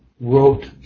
wrote